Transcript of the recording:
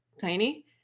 tiny